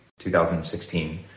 2016